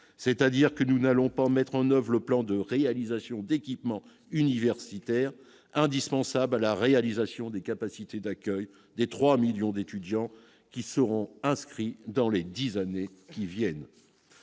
c'est-à-dire que nous n'allons pas mettre en oeuvre le plan de réalisation d'équipements universitaires indispensable à la réalisation des capacités d'accueil des 3 millions d'étudiants qui seront inscrits dans les 10 années qui viennent,